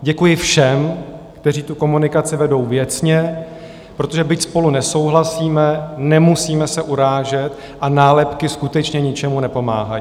Děkuji všem, kteří tu komunikaci vedou věcně, protože byť spolu nesouhlasíme, nemusíme se urážet a nálepky skutečně ničemu nepomáhají.